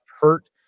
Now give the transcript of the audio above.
hurt